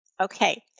Okay